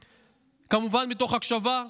כמובן, מתוך הקשבה,